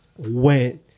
went